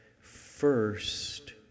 first